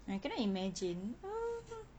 I cannot imagine ah